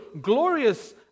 glorious